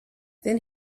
then